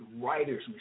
writers